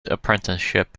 apprenticeship